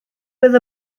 fydd